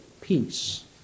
peace